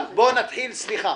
ברשותכם,